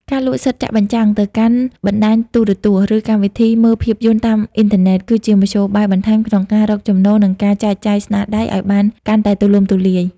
ការលក់សិទ្ធិចាក់បញ្ចាំងទៅកាន់បណ្ដាញទូរទស្សន៍ ឬកម្មវិធីមើលភាពយន្តតាមអ៊ីនធឺណិត គឺជាមធ្យោបាយបន្ថែមក្នុងការរកចំណូល និងការចែកចាយស្នាដៃឱ្យបានកាន់តែទូលំទូលាយ។